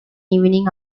evening